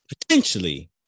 potentially